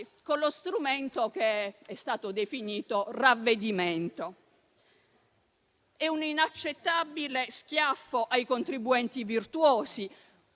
con lo strumento che è stato definito ravvedimento. È un inaccettabile schiaffo ai contribuenti virtuosi,